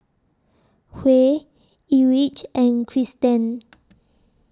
Huey Erich and Cristen